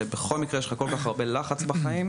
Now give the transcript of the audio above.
שבכל מקרה יש לך כל כך הרבה לחץ בחיים.